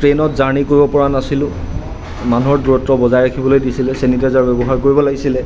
ট্ৰেইনত জাৰ্ণি কৰিব পৰা নাছিলোঁ মানুহৰ দূৰত্ব বজাই ৰাখিবলৈ দিছিলে চেনিটাইজাৰ ব্যৱহাৰ কৰিব লাগিছিলে